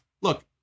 Look